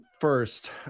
first